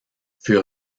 fut